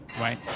right